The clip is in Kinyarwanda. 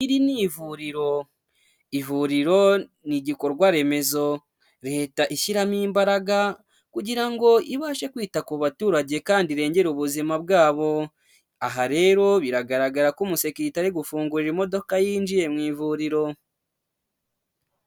Iri ni ivuriro, ivuriro ni igikorwa remezo leta ishyiramo imbaraga kugira ngo ibashe kwita ku baturage kandi irengere ubuzima bwabo, aha rero biragaragara ko umusekirite ari gufungurira imodoka yinjiye mu ivuriro.